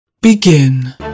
Begin